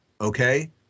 okay